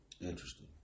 Interesting